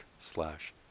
slash